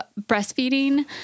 breastfeeding